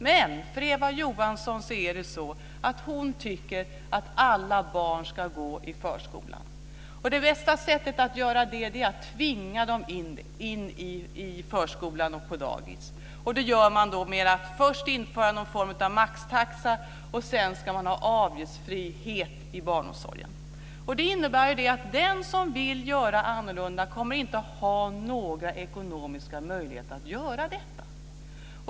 Men Eva Johansson tycker att alla barn ska gå i förskolan. Det bästa sättet att genomföra det är att tvinga dem in i förskolan och på dagis. Det gör man genom att först införa någon form av maxtaxa, och sedan ska man ha avgiftsfrihet i barnomsorgen. Det innebär att den som vill göra annorlunda inte kommer att ha några ekonomiska möjligheter att göra det.